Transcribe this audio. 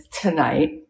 tonight